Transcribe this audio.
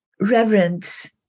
reverence